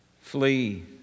flee